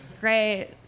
Great